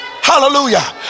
Hallelujah